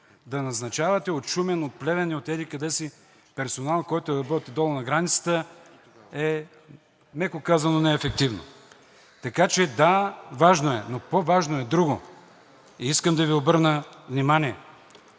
Да назначавате от Шумен, от Плевен и от еди-къде си персонал, който да работи долу на границата, е, меко казано, неефективно. Така че, да, важно е, но по-важно е друго, и искам да Ви обърна внимание.